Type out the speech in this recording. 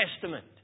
Testament